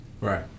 Right